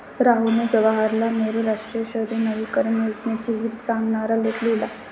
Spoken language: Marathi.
राहुलने जवाहरलाल नेहरू राष्ट्रीय शहरी नवीकरण योजनेचे हित सांगणारा लेख लिहिला